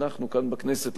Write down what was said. אנחנו כאן בכנסת,